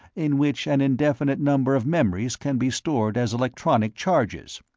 in which an indefinite number of memories can be stored as electronic charges.